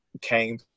came